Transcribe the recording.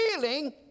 healing